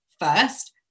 first